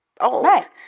old